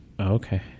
Okay